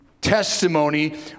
testimony